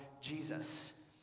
Jesus